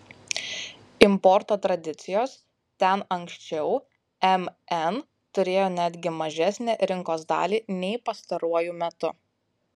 importo tradicijos ten anksčiau mn turėjo netgi mažesnę rinkos dalį nei pastaruoju metu